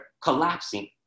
collapsing